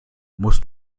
musst